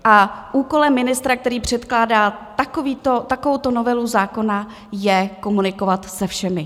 A úkolem ministra, který předkládá takovouto novelu zákona, je komunikovat se všemi.